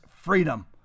freedom